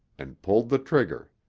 and pulled the trigger.